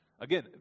Again